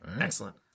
Excellent